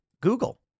Google